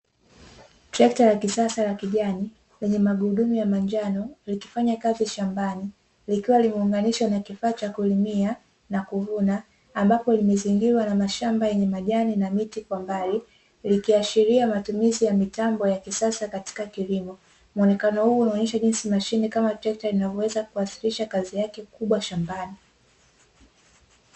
Trekta la kisasa la kijani lenye magurudumu ya manjano likifanya kazi shambani likiwa limeunganishwa na kifaa cha kulimia na kuvuna, ambapo limezingirwa na mashamba yenye majani na miti kwa mbali likiashiria matumizi ya mitambo ya kisasa katika kilimo. Muonekano huu unaonyesha jinsi mashine kama trekta inavyoweza kuwasilisha kazi yake kubwa shambani